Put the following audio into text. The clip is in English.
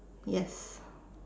yes